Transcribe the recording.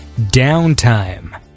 Downtime